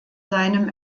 seinem